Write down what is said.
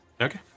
Okay